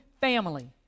family